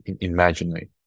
imagine